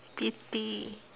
petty